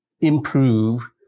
improve